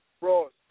Ross